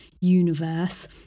universe